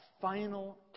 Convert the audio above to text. final